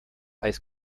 eis